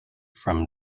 from